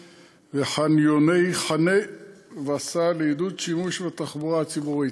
וחניוני "חנה וסע" לעידוד שימוש בתחבורה ציבורית,